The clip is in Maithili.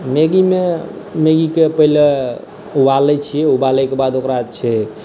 मैगीमे मैगी शके पहिले उबालै छियै उबालै के बाद ओकरा जे छै